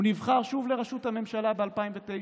הוא נבחר שוב לראשות הממשלה ב-2009,